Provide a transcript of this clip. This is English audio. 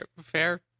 Fair